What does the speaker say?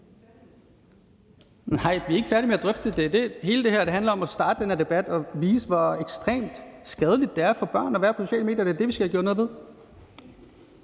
Nej, vi er ikke færdige med at drøfte det. Hele det her handler om at starte den her debat og vise, hvor ekstremt skadeligt det er for børn at være på de sociale medier, og at det er det, vi skal have gjort noget ved.